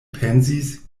pensis